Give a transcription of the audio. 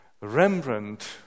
Rembrandt